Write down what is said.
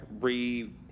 re-